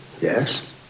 yes